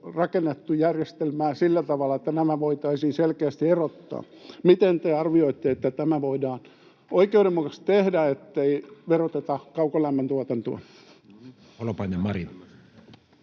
rakennettu järjestelmää sillä tavalla, että nämä voitaisiin selkeästi erottaa. Miten te arvioitte, että tämä voidaan oikeudenmukaisesti tehdä, ettei veroteta kaukolämmön tuotantoa? [Speech